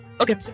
Okay